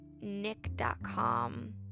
Nick.com